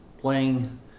playing